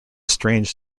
strange